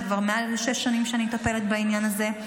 זה כבר מעל שש שנים שאני מטפלת בעניין הזה,